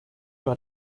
war